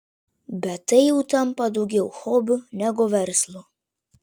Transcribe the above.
bet tai jau tampa daugiau hobiu negu verslu